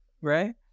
Right